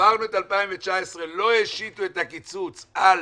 עברנו את 2019, לא השיתו את הקיצוץ על